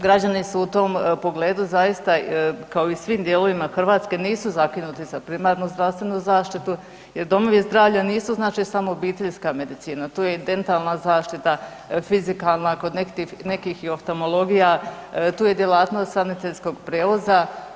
Građani su u tom pogledu zaista, kao i u svim dijelovima Hrvatske nisu zakinuti za primarnu zdravstvenu zaštitu jer domovi zdravlja nisu znači samo obiteljska medicina, tu je i dentalna zaštita, fizikalna, kod nekih i oftalmologija, tu je djelatnost sanitetskog prijevoza.